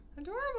Adorable